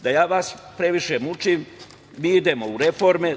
Da vas previše ne mučim, mi idemo u reforme.